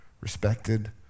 respected